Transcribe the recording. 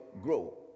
grow